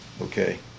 Okay